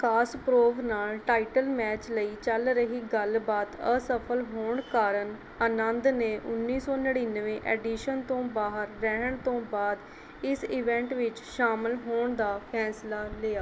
Kasparov ਨਾਲ title match ਲਈ ਚੱਲ ਰਹੀ ਗੱਲਬਾਤ ਅਸਫਲ ਹੋਣ ਕਾਰਨ ਆਨੰਦ ਨੇ ਉੱਨੀ ਸੌ ਨੜਿਨਵੇਂ ਐਡੀਸ਼ਨ ਤੋਂ ਬਾਹਰ ਰਹਿਣ ਤੋਂ ਬਾਅਦ ਇਸ ਈਵੈਂਟ ਵਿੱਚ ਸ਼ਾਮਲ ਹੋਣ ਦਾ ਫੈਸਲਾ ਲਿਆ